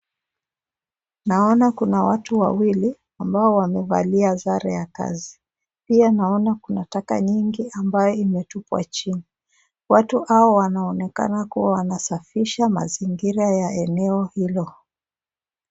Naona kuna watu wawili ambao wamevalia sare ya kazi. Pia naona kuna taka nyingi ambayo imetupwa chini. Watu hao wanaonekana kuwa wanasafisha mazingira ya eneo hilo.